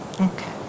Okay